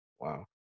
Wow